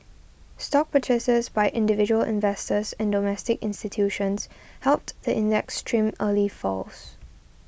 stock purchases by individual investors and domestic institutions helped the index trim early falls